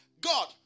God